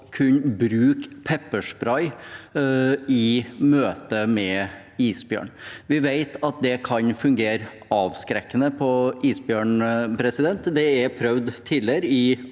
å kunne bruke pepperspray i møte med isbjørn. Vi vet at det kan fungere avskrekkende på isbjørnen. Det er prøvd tidligere,